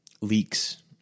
leaks